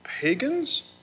pagans